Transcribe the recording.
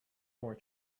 more